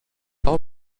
all